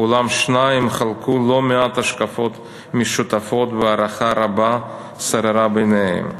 אולם השניים חלקו לא מעט השקפות משותפות והערכה רבה שררה ביניהם.